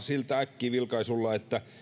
äkkivilkaisulla siltä että